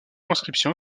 inscription